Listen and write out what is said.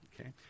Okay